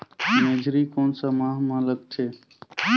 मेझरी कोन सा माह मां लगथे